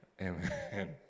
Amen